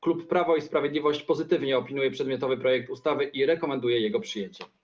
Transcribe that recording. Klub Prawo i Sprawiedliwość pozytywnie opiniuje przedmiotowy projekt ustawy i rekomenduje jego przyjęcie.